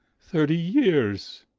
thirty years.